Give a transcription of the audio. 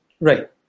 Right